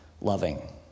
loving